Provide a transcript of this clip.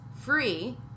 free